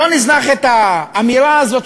בואו נזנח את האמירה הזאת,